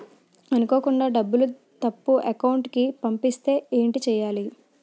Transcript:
అనుకోకుండా డబ్బులు తప్పు అకౌంట్ కి పంపిస్తే ఏంటి చెయ్యాలి?